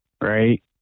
right